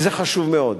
וזה חשוב מאוד.